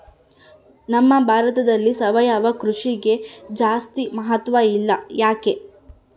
ನಮ್ಮ ಭಾರತದಲ್ಲಿ ಸಾವಯವ ಕೃಷಿಗೆ ಜಾಸ್ತಿ ಮಹತ್ವ ಇಲ್ಲ ಯಾಕೆ?